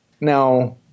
Now